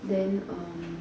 then